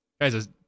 Guys